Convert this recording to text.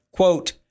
quote